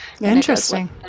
Interesting